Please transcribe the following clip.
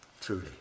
truly